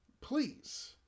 please